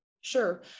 Sure